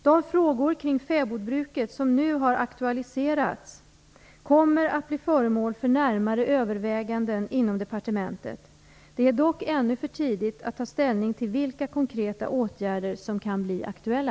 De frågor kring fäbodbruket som nu har aktualiserats kommer att bli föremål för närmare överväganden inom departementet. Det är dock ännu för tidigt att ta ställning till vilka konkreta åtgärder som kan bli aktuella.